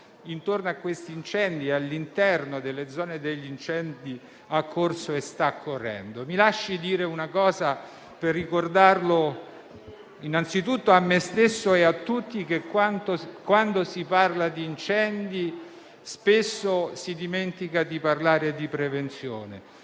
intorno a questi incendi e all'interno delle zone degli incendi ha corso e sta correndo. Mi lasci dire una cosa, Presidente, per ricordare anzitutto a me stesso e a tutti che quando si parla di incendi spesso si dimentica di parlare di prevenzione.